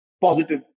positive